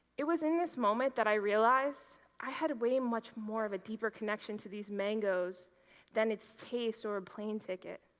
it was in this moment that i realized i had way much more of a deeper connection to these mangos than its taste or a plane ticket.